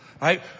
Right